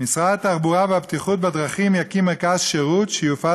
"משרד התחבורה והבטיחות בדרכים יקים מרכז שירות שיופעל